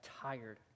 tired